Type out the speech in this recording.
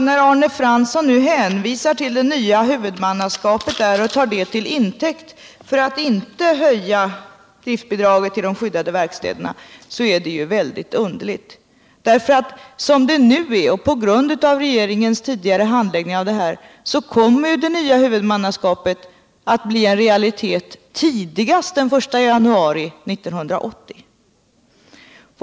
När Arne Fransson nu hänvisar till det nya huvudmannaskapet där och tar det till intäkt för att inte höja driftsbidraget till de skyddade verkstäderna, så är det väldigt underligt. Så som det nu är, och på grund av regeringens tidigare handläggning av denna fråga, kommer det nya huvudmannaskapet att bli en realitet tidigast den 1 januari 1980.